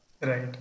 Right